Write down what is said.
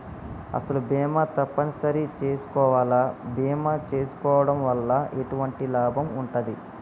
అసలు బీమా తప్పని సరి చేసుకోవాలా? బీమా చేసుకోవడం వల్ల ఎటువంటి లాభం ఉంటది?